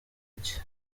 iki